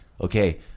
Okay